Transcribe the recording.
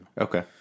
Okay